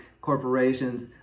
corporations